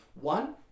One